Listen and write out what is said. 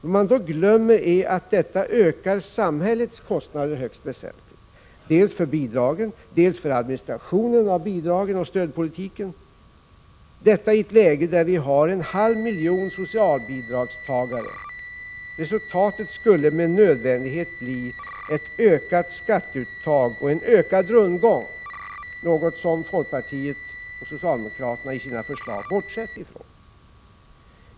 Vad man då glömmer är att detta ökar samhällets kostnader högst väsentligt, dels för bidragen, dels för administrationen av bidragen och stödpolitiken — detta i ett läge där det finns en halv miljon socialbidragstagare. Resultatet skulle med nödvändighet bli ett ökat skatteuttag och en ökad rundgång — något som folkpartiet och socialdemokraterna i sina förslag har bortsett från.